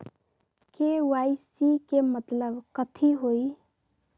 KYC के मतलब कथी होई?